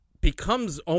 becomes